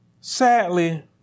Sadly